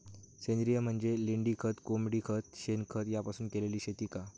सेंद्रिय म्हणजे लेंडीखत, कोंबडीखत, शेणखत यापासून केलेली शेती का?